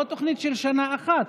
לא תוכנית של שנה אחת,